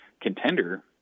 contender